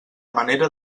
manera